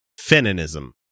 feminism